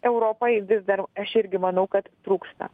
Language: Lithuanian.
europai vis dar aš irgi manau kad trūksta